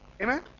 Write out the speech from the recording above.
Amen